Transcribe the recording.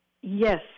Yes